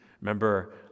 Remember